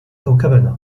كوكبنا